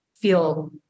feel